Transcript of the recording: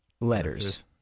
letters